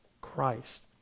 Christ